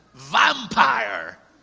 vampire.